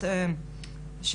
הרב מרדכי זמיר,